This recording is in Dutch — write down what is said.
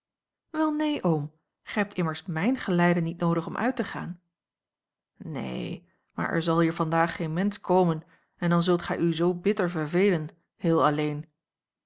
wel neen oom gij hebt immers mijn geleide niet noodig om uit te gaan neen maar er zal hier vandaag geen mensch komen en dan zult gij u zoo bitter vervelen heel alleen